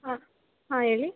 ಹಾಂ ಹಾಂ ಹೇಳಿ